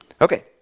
Okay